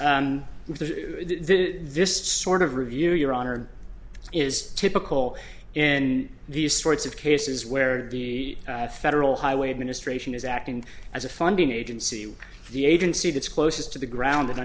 this sort of review your honor is typical in these sorts of cases where the federal highway administration is acting as a funding agency the agency that's closest to the ground